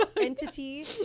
Entity